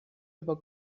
über